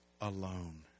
alone